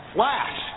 Flash